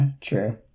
True